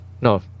no